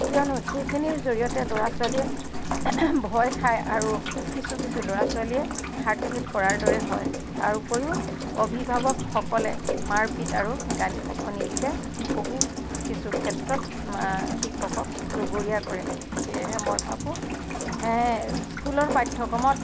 কিয়নো সেইখিনিৰ জৰিয়তে ল'ৰা ছোৱালীয়ে ভয় খাই আৰু কিছু কিছু ল'ৰা ছোৱালীয়ে হাৰ্ট ফেইল কৰাৰ দৰে হয় তাৰ উপৰিও অভিভাৱকসকলে মাৰ পিত আৰু গালি শপনি দিলে বহুত কিছু ক্ষেত্ৰত শিক্ষকক জগৰীয়া কৰে সেয়েহে মই ভাবোঁ স্কুলৰ পাঠ্যক্ৰমত